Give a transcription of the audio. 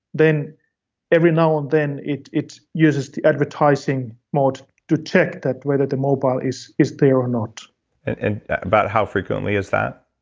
then every now and then, it it uses the advertising mode to check whether the mobile is is there or not and about how frequently is that?